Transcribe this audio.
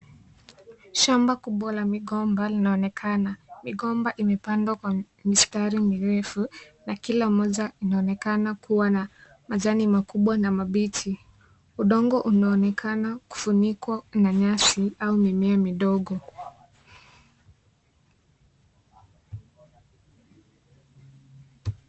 Shamba kubwa la migomba linaonekana , migomba imepandwa kwa mistari mirefu na kila moja inaonekana kuwa na majani makubwa na mabichi udongo unaonekana kufunikwa na nyasi au mimea midogo.